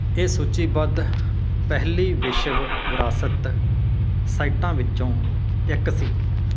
ਇਹ ਸੂਚੀਬੱਧ ਪਹਿਲੀ ਵਿਸ਼ਵ ਵਿਰਾਸਤ ਸਾਈਟਾਂ ਵਿੱਚੋਂ ਇੱਕ ਸੀ